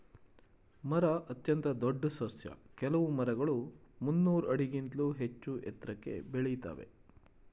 ಮರ ಅತ್ಯಂತ ದೊಡ್ ಸಸ್ಯ ಕೆಲ್ವು ಮರಗಳು ಮುನ್ನೂರ್ ಆಡಿಗಿಂತ್ಲೂ ಹೆಚ್ಚೂ ಎತ್ರಕ್ಕೆ ಬೆಳಿತಾವೇ